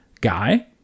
guy